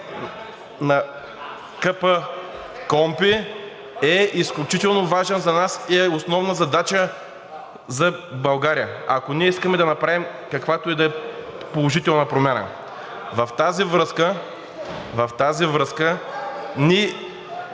на КПКОНПИ е изключително важен за нас и е основна задача за България, ако ние искаме да направим каквато и да е положителна промяна. (Шум и реплики